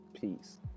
Peace